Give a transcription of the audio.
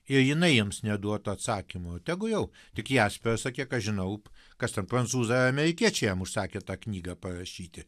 ir jinai jiems neduotų atsakymo tegu jau tik jaspersą kiek aš žinau kas ten prancūzai ir amerikiečiai jam užsakė tą knygą parašyti